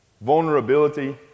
Vulnerability